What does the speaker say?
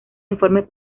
informes